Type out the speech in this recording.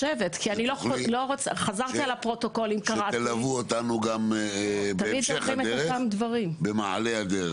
דברים, שתלוו אותנו גם בהמשך הדרך, במעלה הדרך.